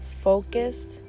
focused